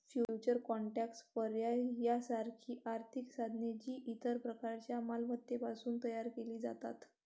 futures contracts, पर्याय यासारखी आर्थिक साधने, जी इतर प्रकारच्या मालमत्तांपासून तयार केली जातात